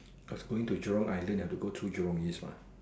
cause going to Jurong island you have to go to Jurong East mah